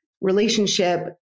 relationship